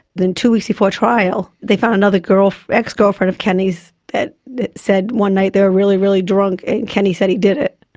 then two weeks before trial they found another girl, ex-girlfriend of kenny's that said one night they were really, really drunk and kenny said he did it,